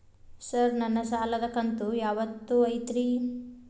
Sir ನನ್ನ ಸಾಲದ ಕಂತು ಯಾವತ್ತೂ ಐತ್ರಿ?